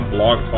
Blog